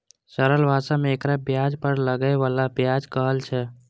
सरल भाषा मे एकरा ब्याज पर लागै बला ब्याज कहल छै